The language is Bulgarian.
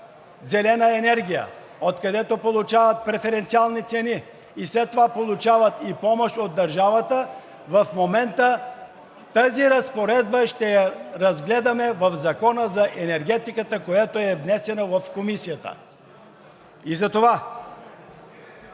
зелена енергия, откъдето получават преференциални цени, а след това получават и помощ от държавата – тази разпоредба ще я разгледаме в Закона за енергетиката, която е внесена в Комисията. Нямаме